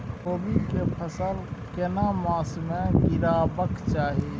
कोबी के बीज केना मास में गीरावक चाही?